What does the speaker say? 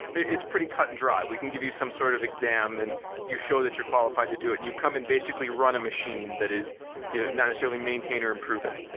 it's pretty cut and dry. we can give you some sort of exam and you show that you're qualified to do it, and you come and basically run a machine that is you know not necessarily maintain or improve it.